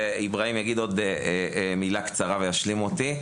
איברהים יגיד על זה עוד כמה מילים וישים אותי.